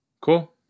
Cool